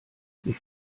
sich